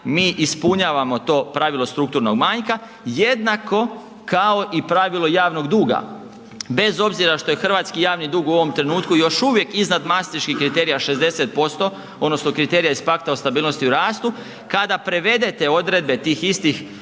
mi ispunjavamo to pravilo strukturnog manjka jednako kao i pravilo javnog duga bez obzira što je hrvatski javni dug u ovom trenutku još uvijek iznad mastriških kriterija 60% odnosno kriterija iz Pakta o stabilnosti o rastu. Kada prevedete odredbe tih istih